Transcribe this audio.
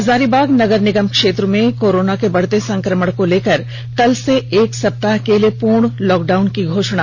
हजारीबाग नगर निगम क्षेत्र में कोरोना के बढ़ते संक्रमण को लेकर कल से एक सप्ताह के लिए पुर्ण लॉकडाउन की घोषणा